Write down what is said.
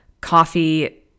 coffee